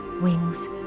wings